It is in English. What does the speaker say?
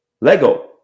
lego